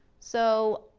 so,